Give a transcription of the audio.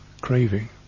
craving